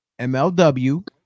MLW